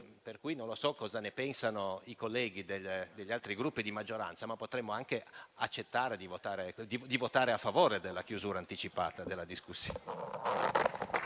generale. Non so cosa ne pensino i colleghi degli altri Gruppi di maggioranza, ma potremmo anche accettare di votare a favore della chiusura anticipata della discussione.